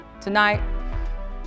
tonight